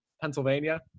Pennsylvania